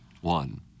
one